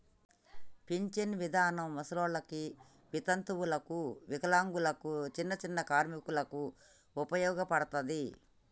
pension విధానం ముసలోళ్ళకి వితంతువులకు వికలాంగులకు చిన్ని చిన్ని కార్మికులకు ఉపయోగపడతది